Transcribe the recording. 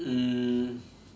um